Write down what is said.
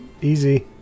easy